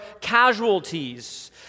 casualties